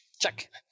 Check